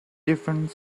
different